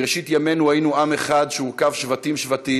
מראשית ימינו היינו עם אחד שהורכב שבטים-שבטים,